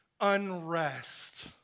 unrest